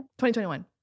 2021